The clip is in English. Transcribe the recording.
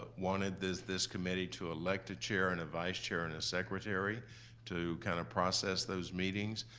wanted this this committee to elect a chair and a vice chair and a secretary to kind of process those meetings.